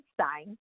sign